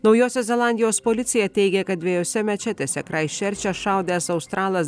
naujosios zelandijos policija teigia kad dviejose mečetėse kraistčerče šaudęs australas